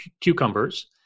cucumbers